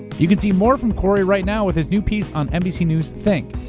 you can see more from corey right now with his new piece on nbc news think.